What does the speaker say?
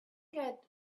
get